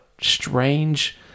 strange